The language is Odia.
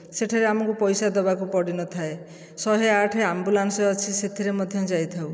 ସେଠାରେ ଆମକୁ ପଇସା ଦେବାକୁ ପଡ଼ିନଥାଏ ଶହେ ଆଠ ଆମ୍ବୁଲାନ୍ସ ଅଛି ସେଥିରେ ମଧ୍ୟ ଯାଇଥାଉ